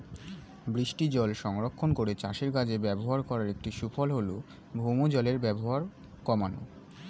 বৃষ্টিজল সংরক্ষণ করে চাষের কাজে ব্যবহার করার একটি সুফল হল ভৌমজলের ব্যবহার কমানো